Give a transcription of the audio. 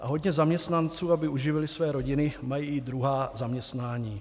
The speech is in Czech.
Hodně zaměstnanců, aby uživili své rodiny, má i druhá zaměstnání.